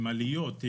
עם עליות,